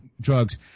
drugs